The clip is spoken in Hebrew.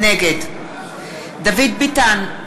נגד דוד ביטן,